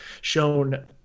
shown